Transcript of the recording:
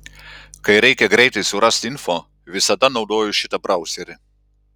kai reikia greitai surast info visada naudoju šitą brauserį